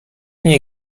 nie